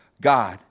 God